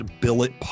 billet